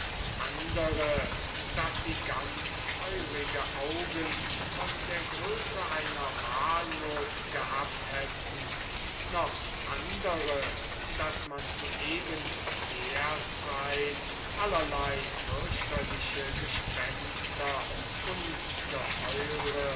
andere daß sie ganz feurige augen von der größe einer walnuß gehabt hätten noch andere daß man zu eben der zeit allerlei fürchterliche gespenster